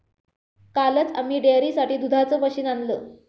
कालच आम्ही डेअरीसाठी दुधाचं मशीन आणलं